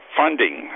funding